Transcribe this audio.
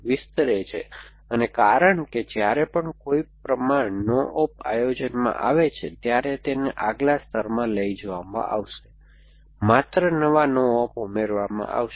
વિસ્તરે છે અને કારણ કે જ્યારે પણ કોઈ પ્રમાણ નો ઓપના આયોજનમાં આવે છે ત્યારે તેને આગલા સ્તરમાં લઈ જવામાં આવશે માત્ર નવા નો ઓપ ઉમેરવામાં આવશે